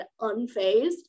unfazed